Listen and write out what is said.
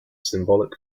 symbolic